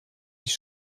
die